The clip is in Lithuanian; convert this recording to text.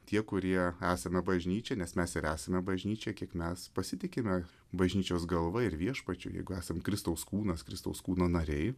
tie kurie esame bažnyčia nes mes ir esame bažnyčia kiek mes pasitikime bažnyčios galva ir viešpačiu jeigu esam kristaus kūnas kristaus kūno nariai